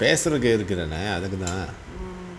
பேசுறதுக்குதான அதுக்கு தான்:pesurathukkuthaana athuku thaan